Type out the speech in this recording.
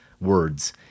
words